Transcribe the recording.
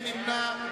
מי נמנע?